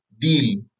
deal